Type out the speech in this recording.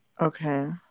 Okay